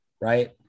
right